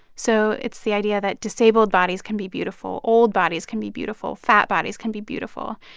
so it's the idea that disabled bodies can be beautiful, old bodies can be beautiful, fat bodies can be beautiful.